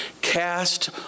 Cast